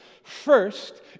First